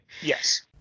Yes